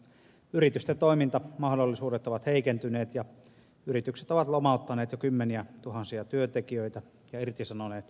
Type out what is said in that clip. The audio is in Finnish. yritysten toimintamahdollisuudet ovat heikentyneet ja yritykset ovat lomauttaneet jo kymmeniä tuhansia työntekijöitä ja irtisanoneet tuhansia